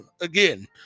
again